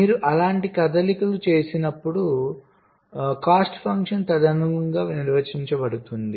మీరు అలాంటి కదలికలు చేసినప్పుడు ఖర్చు ఫంక్షన్ తదనుగుణంగా నిర్వచించబడుతుంది